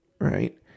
right